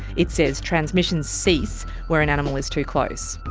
it says transmissions cease where an animal is too close.